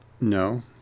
No